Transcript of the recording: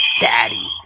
daddy